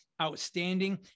outstanding